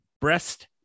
Breast